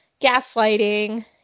gaslighting